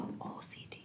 OCD